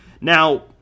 Now